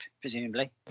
presumably